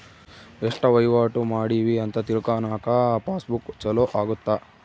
ಎಸ್ಟ ವಹಿವಾಟ ಮಾಡಿವಿ ಅಂತ ತಿಳ್ಕನಾಕ ಪಾಸ್ ಬುಕ್ ಚೊಲೊ ಅಗುತ್ತ